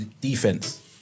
defense